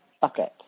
bucket